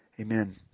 Amen